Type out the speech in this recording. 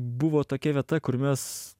buvo tokia vieta kur mes